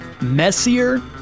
Messier